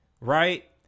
right